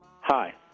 Hi